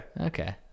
Okay